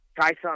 Tyson